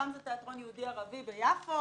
שם זה תיאטרון ערבי-יהודי ביפו,